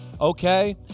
Okay